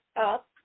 up